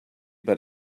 but